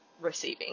receiving